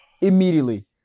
Immediately